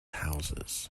houses